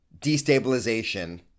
destabilization